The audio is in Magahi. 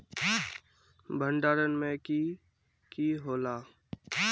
भण्डारण में की की होला?